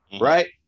right